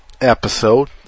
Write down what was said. episode